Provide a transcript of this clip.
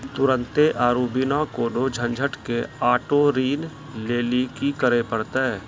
तुरन्ते आरु बिना कोनो झंझट के आटो ऋण लेली कि करै पड़तै?